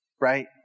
right